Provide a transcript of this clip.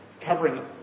covering